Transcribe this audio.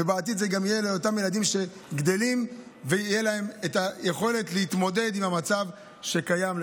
ובעתיד גם לאותם ילדים שגדלים ותהיה להם היכולת להתמודד עם המצב הקיים,